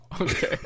Okay